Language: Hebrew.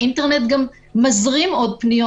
האינטרנט גם מזרים עוד פניות,